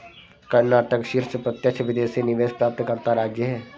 कर्नाटक शीर्ष प्रत्यक्ष विदेशी निवेश प्राप्तकर्ता राज्य है